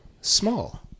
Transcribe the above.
small